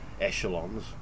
echelons